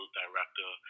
director